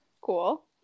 Cool